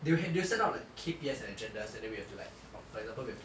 they will ha~ they will send out like K_P_I and agendas then we have to like for example we have to